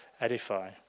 edify